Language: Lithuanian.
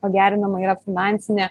pagerinama yra finansinė